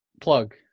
plug